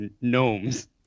gnomes